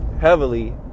heavily